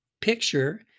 picture